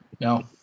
no